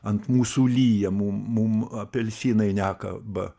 ant mūsų lyja mum mum delfinai nekaba